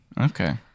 Okay